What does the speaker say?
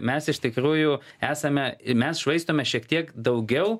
mes iš tikrųjų esame mes švaistome šiek tiek daugiau